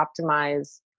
optimize